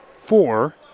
four